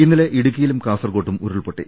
ഇന്നലെ ഇടുക്കി യിലും കാസർകോട്ടും ഉരുൾപൊട്ടി